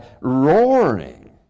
roaring